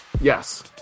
Yes